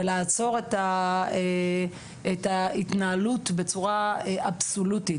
ולעצור את ההתנהלות בצורה אבסולוטית.